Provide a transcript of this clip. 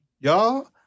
y'all